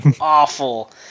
awful